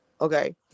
okay